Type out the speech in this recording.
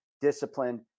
disciplined